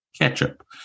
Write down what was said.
Ketchup